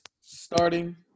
starting